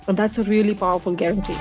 but that's a really powerful guarantee.